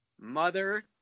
mother